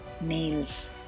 nails